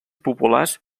populars